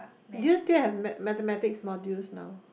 do you still have Math Mathematics module now